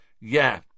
Yeah